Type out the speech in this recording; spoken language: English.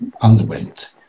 underwent